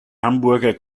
hamburger